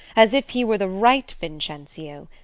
as if he were the right vincentio.